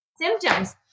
symptoms